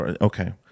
Okay